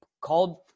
called